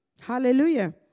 Hallelujah